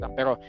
Pero